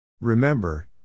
Remember